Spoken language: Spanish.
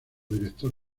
director